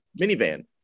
minivan